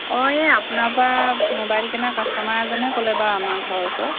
অঁ এই আপোনাৰ পৰা মোবাইল কিনা কাষ্টমাৰ এজনে ক'লে বাৰু আমাৰ ঘৰ ওচৰৰ